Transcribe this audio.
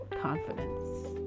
confidence